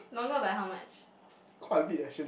longer by how much